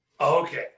Okay